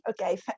okay